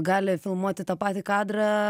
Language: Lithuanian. gali filmuoti tą patį kadrą